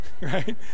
right